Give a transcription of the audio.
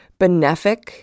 benefic